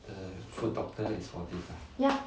ya